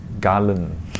garland